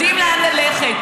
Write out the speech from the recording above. יודעים לאן ללכת.